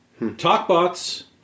Talkbots